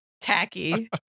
Tacky